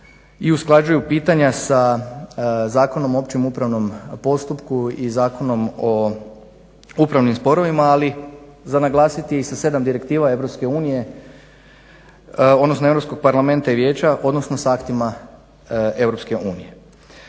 i usklađuju pitanja sa Zakonom o općem upravnom postupku i Zakonom o upravnim sporovima. Ali za naglasiti je i sa 7 direktiva EU odnosno Europskog parlamenta i vijeća, odnosno sa aktima EU.